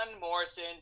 Morrison